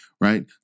right